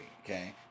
Okay